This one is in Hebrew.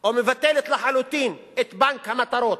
או מבטלת לחלוטין את בנק המטרות.